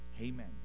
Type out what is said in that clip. Amen